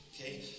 okay